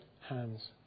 hands